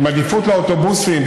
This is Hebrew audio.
עם עדיפות לאוטובוסים,